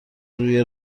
روی